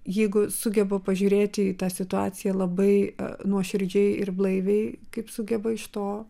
jeigu sugeba pažiūrėti į tą situaciją labai nuoširdžiai ir blaiviai kaip sugeba iš to